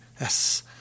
yes